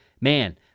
Man